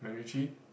allergy